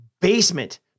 basement